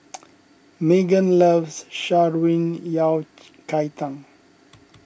Meggan loves Sha Ruin Yao Cai Tang